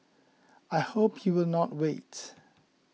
I hope you will not wait